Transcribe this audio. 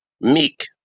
Meek